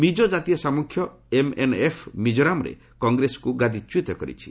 ମିଜୋ ଜାତୀୟ ସାମ୍ମୁଖ୍ୟ ଏମ୍ଏନ୍ଏଫ୍ ମିଜୋରାମରେ କଂଗ୍ରେସକୁ ଗାଦିଚ୍ୟୁତ କରିଛି